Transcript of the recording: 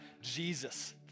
Jesus